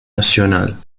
nationale